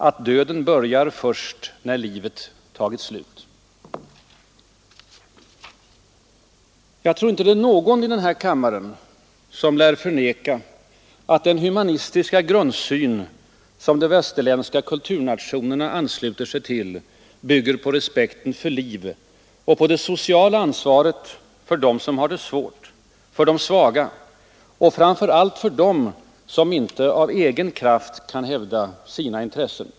Att döden börjat först när livet tagit slut.” Ingen i denna kammare lär förneka att den humanistiska grundsyn som de västerländska kulturnationerna ansluter sig till bygger på respekten för liv och på det sociala ansvaret för dem som har det svårt, för de svaga och framför allt för dem som inte med egen kraft kan hävda sina intressen.